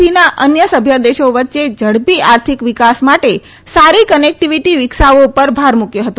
સીના અન્ય સભ્ય દેશો વચ્ચે ઝડપી આર્થિક વિકાસ માટે સારી કનેકટીવીટી વિકસાવવા ઉપર ભાર મુકથો હતો